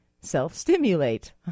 self-stimulate